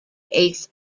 eighth